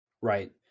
right